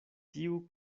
tiu